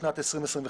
האסדה.